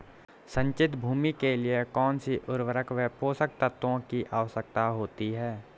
सिंचित भूमि के लिए कौन सी उर्वरक व पोषक तत्वों की आवश्यकता होती है?